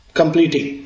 completing